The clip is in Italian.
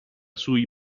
sui